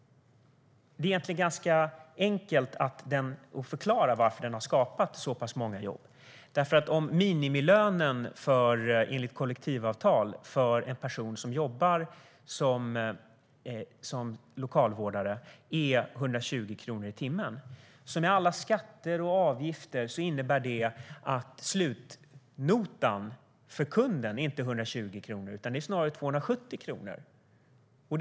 Det är egentligen ganska enkelt att förklara varför den har skapat så pass många jobb, därför att om minimilönen, enligt kollektivavtal, för en person som jobbar som lokalvårdare är 120 kronor i timmen blir slutnotan, efter alla skatter och avgifter, för kunden inte 120 kronor utan snarare 270 kronor.